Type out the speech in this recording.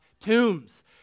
tombs